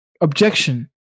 objection